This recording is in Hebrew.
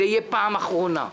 זו תהיה פעם אחרונה.